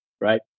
right